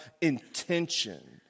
intention